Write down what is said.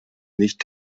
nicht